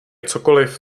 cokoliv